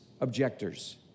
objectors